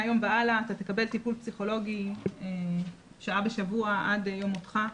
מהיום והלאה ואתה תקבל טיפול פסיכולוגי שעה בשבוע עד יום מותך.